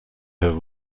have